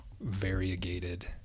variegated